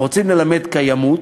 רוצים ללמד קיימות,